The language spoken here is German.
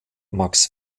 max